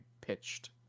pitched